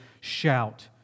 Shout